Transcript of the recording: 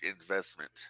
investment